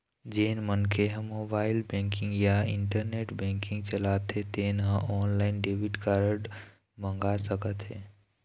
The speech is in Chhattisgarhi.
जेन मनखे ह मोबाईल बेंकिंग या इंटरनेट बेंकिंग चलाथे तेन ह ऑनलाईन डेबिट कारड मंगा सकत हे